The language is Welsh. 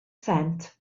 sent